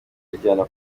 ajyana